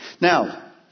Now